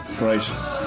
Right